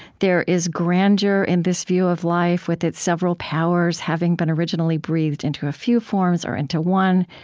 there is grandeur in this view of life, with its several powers having been originally breathed into a few forms or into one,